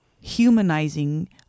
humanizing